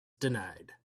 denied